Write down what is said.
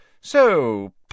So